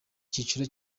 cyiciro